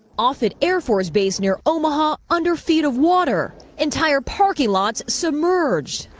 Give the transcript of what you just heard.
offutt air force base near omaha under feet of water. entire parking lots submerged.